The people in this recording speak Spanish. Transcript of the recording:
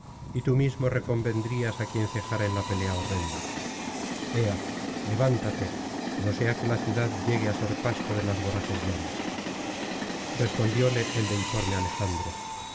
y tú mismo reconvendrías á quien cejara en la pelea horrenda ea levántate no sea que la ciudad llegue á ser pasto de las voraces llamas respondióle el deiforme alejandro